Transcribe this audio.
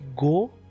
go